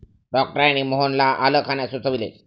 डॉक्टरांनी मोहनला आलं खाण्यास सुचविले